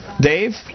Dave